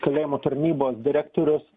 kalėjimo tarnybos direktorius